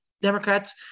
Democrats